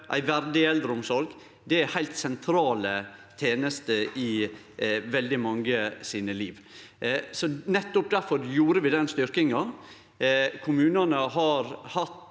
ei verdig eldreomsorg. Det er heilt sentrale tenester i veldig mange sitt liv. Nettopp difor gjorde vi den styrkinga. Kommunane har hatt